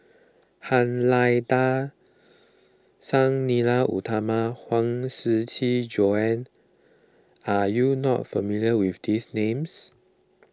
Han Lao Da Sang Nila Utama Huang Shiqi Joan are you not familiar with these names